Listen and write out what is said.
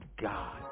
God